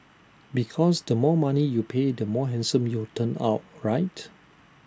because the more money you pay the more handsome you will turn out right